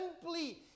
simply